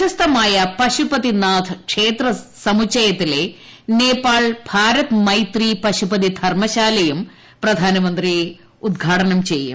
പ്രശസ്തമായ പശുപതിനാഥ് ക്ഷേത്ര സമുച്ചയത്തിലെ നേപ്പാൾ ഭാരത് മൈത്രി പശുപതി ധർമ്മശാലയും പ്രധാനമന്ത്രി ഉദ്ഘാടനം ചെയ്യും